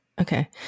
Okay